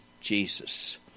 Jesus